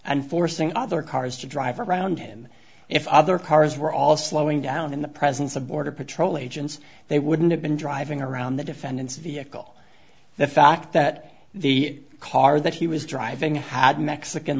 and forcing other cars to drive around him if other cars were all slowing down in the presence of border patrol agents they wouldn't have been driving around the defendant's vehicle the fact that the car that he was driving had mexican